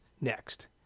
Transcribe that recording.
next